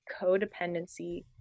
codependency